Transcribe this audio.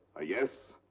a yes.